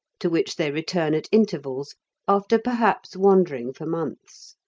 to which they return at intervals after perhaps wandering for months,